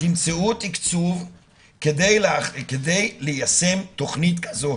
תמצאו תקצוב כדי ליישם תוכנית כזאת.